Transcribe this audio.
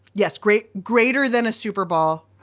yes, great-greater than a super ball,